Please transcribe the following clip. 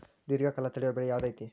ದೇರ್ಘಕಾಲ ತಡಿಯೋ ಬೆಳೆ ಯಾವ್ದು ಐತಿ?